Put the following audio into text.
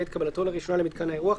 בעת קבלתו לראשונה למיתקן האירוח,